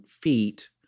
feet